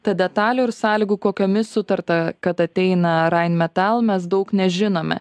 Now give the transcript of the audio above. tad detalių ir sąlygų kokiomis sutarta kad ateina rain metal mes daug nežinome